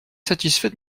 satisfait